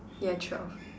there are twelve